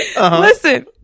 Listen